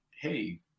hey